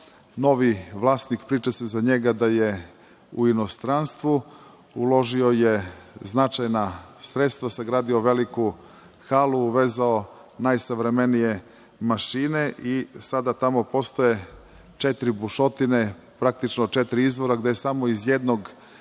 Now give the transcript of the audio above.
novi vlasnik, priča se za njega, da je u inostranstvu, uložio je značajna sredstva, sagradio veliku halu, uvezao najsavremenije mašine i sada tamo postoje četiri bušotine, praktično četiri izvora, gde samo iz jednog